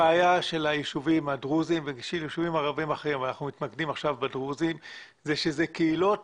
הבעיה של היישובים הדרוזיים והיישובים הערביים האחרים היא שהם קהילות